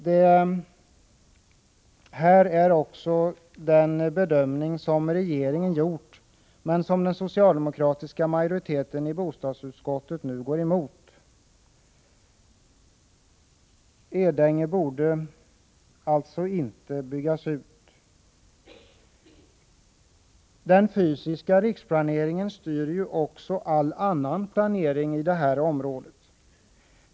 Detta är tydligen också den bedömning som regeringen har gjort men som den socialdemokratiska majoriteten i bostadsutskottet nu går emot. Edänge borde alltså inte byggas ut. Den fysiska riksplaneringen styr ju också all annan planering i detta område.